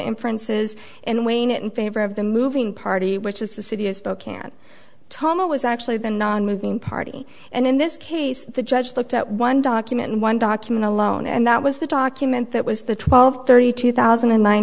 inferences and weighing it in favor of the moving party which is the city is the can toma was actually the nonmoving party and in this case the judge looked at one document and one document alone and that was the document that was the twelve thirty two thousand and nine